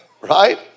Right